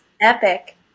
epic